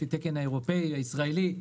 לפי התקן האירופאי והישראלי,